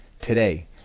today